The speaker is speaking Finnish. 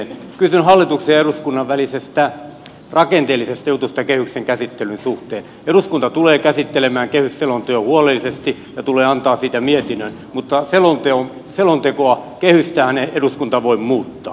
kysyn hallituksen ja eduskunnan välisestä rakenteellisesta jutusta kehyksen käsittelyn suhteen eduskunta tulee käsittelemään kehysselonteon huolellisesti ja tulee antamaan siitä mietinnön mutta selontekoa kehystähän eduskunta ei voi muuttaa